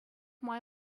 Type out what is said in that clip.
май